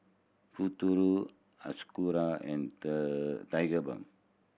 Futuro Hiruscar and Tigerbalm